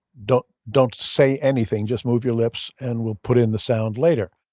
don't don't say anything. just move your lips, and we'll put in the sound later.